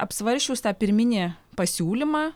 apsvarsčius tą pirminį pasiūlymą